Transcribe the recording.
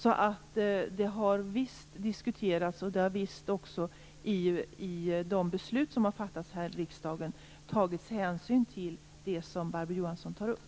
Detta har alltså visst diskuterats, och det har också i de beslut som fattats här i riksdagen tagits hänsyn till det som Barbro Johansson tar upp.